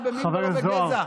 לא במין ולא בגזע.